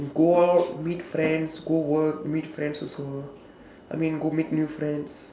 go out meet friends go work meet friends also I mean go make new friends